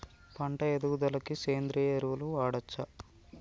పంట ఎదుగుదలకి సేంద్రీయ ఎరువులు వాడచ్చా?